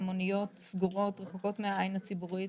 המוניות, סגורות, רחוקות מהעין הציבורית,